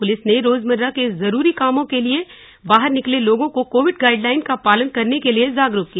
police ने रोजमर्रा के जरूरी कामों के लिए बाहर निकले लोगों को कोविड गाइड लाइन का पालन करने के लिए जागरूक किया